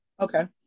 Okay